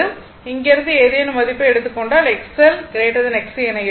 எனவே இங்கிருந்து ஏதேனும் மதிப்பை எடுத்துக் கொண்டால் XL XC என இருக்கும்